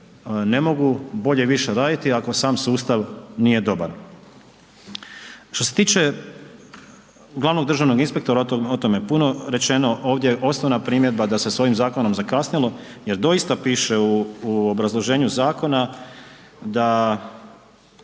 ne mogu bolje i više raditi, ako sam sustav nije dobar. Što se tiče glavnog državnog inspektora, o tome je puno rečeno, ovdje je osnovna primjedba da se s ovim zakonom zakasnilo jer doista piše u obrazloženju zakona da